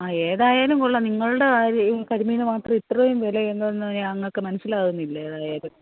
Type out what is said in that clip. ആ ഏതായാലും കൊള്ളാം നിങ്ങളുടെ ഈ കരിമീന് മാത്രം ഇത്രയും വില എന്തെന്ന് ഞങ്ങൾക്ക് മനസ്സിലാകുന്നില്ല ഏതായാലും